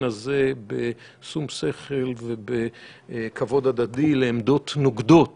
הזה בשום שכל ובכבוד הדדי לעמדות נוגדות